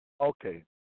Okay